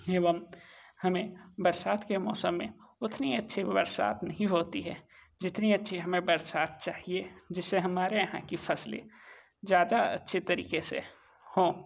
एवं हमें बरसात के मौसम में उतनी अच्छी बरसात नही होती है जितनी अच्छी हमें बरसात चाहिये जिससे हमारे यहाँ की फ़सलें ज़्यादा अच्छे तरीके से हों